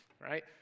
right